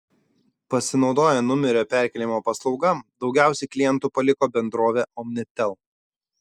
pasinaudoję numerio perkėlimo paslauga daugiausiai klientų paliko bendrovę omnitel